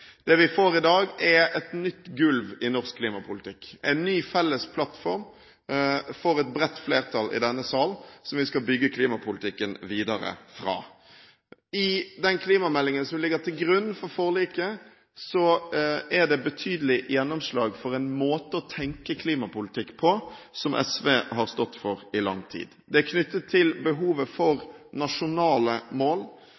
som vi får i dag, er et nytt gulv i norsk klimapolitikk. En ny felles plattform som vi skal bygge klimapolitikken videre fra, får et bredt flertall i denne sal. I den klimameldingen som ligger til grunn for forliket, er det betydelig gjennomslag for en måte å tenke klimapolitikk på som SV har stått for i lang tid. Det er knyttet til behovet